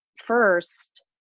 first